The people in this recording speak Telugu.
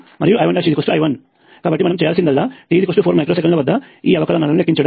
కాబట్టి మనము చేయాల్సిందల్లా t4 మైక్రో సెకన్ల వద్ద ఈ అవకలనాలను లెక్కించడం